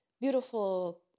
beautiful